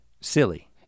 silly